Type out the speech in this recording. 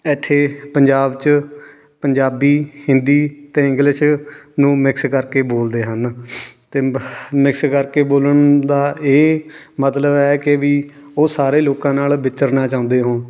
ਇੱਥੇ ਪੰਜਾਬ 'ਚ ਪੰਜਾਬੀ ਹਿੰਦੀ ਅਤੇ ਇੰਗਲਿਸ਼ ਨੂੰ ਮਿਕਸ ਕਰਕੇ ਬੋਲਦੇ ਹਨ ਅਤੇ ਮਿਕਸ ਕਰਕੇ ਬੋਲਣ ਦਾ ਇਹ ਮਤਲਬ ਹੈ ਕਿ ਵੀ ਉਹ ਸਾਰੇ ਲੋਕਾਂ ਨਾਲ ਵਿਚਰਨਾ ਚਾਹੁੰਦੇ ਹੋ